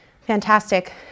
Fantastic